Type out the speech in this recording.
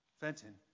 Fenton